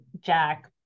Jack